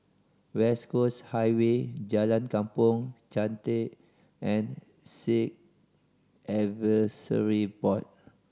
West Coast Highway Jalan Kampong Chantek and Sikh Advisory Board